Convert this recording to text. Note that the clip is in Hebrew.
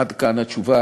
עד כאן התשובה.